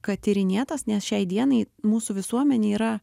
kad tyrinėtas nes šiai dienai mūsų visuomenė yra